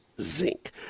zinc